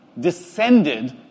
descended